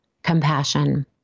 compassion